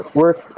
work